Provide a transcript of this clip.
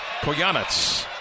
Koyanitz